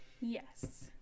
Yes